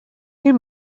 you